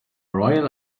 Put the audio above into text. royal